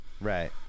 Right